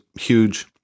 huge